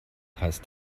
heißt